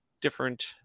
different